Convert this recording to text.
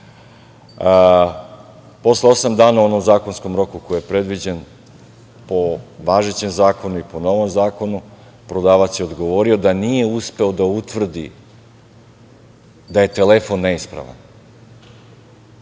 osam dana, on u zakonskom roku koji je predviđen po važećem zakonu i po novom zakonu, prodavac je odgovor da nije uspeo da utvrdi da je telefon neispravan.